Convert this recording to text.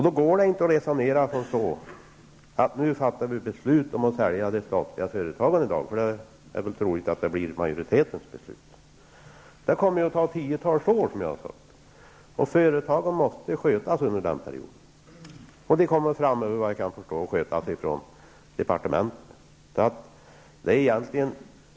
Då går det inte bara att resonera så, att nu fattar vi beslut om att sälja det statliga företagandet i dag -- det är väl troligt att det blir majoritetens beslut. Det kommer ju att ta tiotals år, som jag har sagt. Företagen måste skötas under den perioden, och såvitt jag kan förstå kommer de att skötas från departementen.